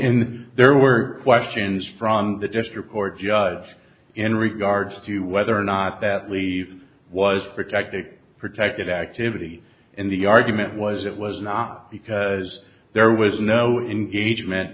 in there were questions from the district court judge in regards to whether or not that leave was protected protected activity in the argument was it was not because there was no engagement